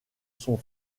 son